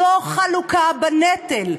זאת חלוקה בנטל.